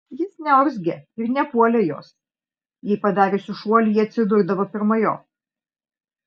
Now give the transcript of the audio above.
jis neurzgė ir nepuolė jos jei padariusi šuolį ji atsidurdavo pirma jo